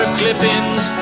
clippings